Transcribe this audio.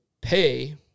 pay